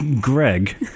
Greg